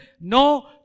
No